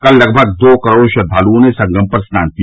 कल लगभग दो करोड़ श्रद्वालुओं ने संगम पर स्नान किया